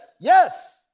yes